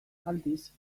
aldiz